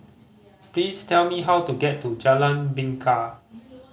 please tell me how to get to Jalan Bingka